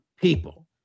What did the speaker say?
people